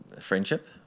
friendship